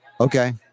Okay